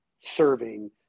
serving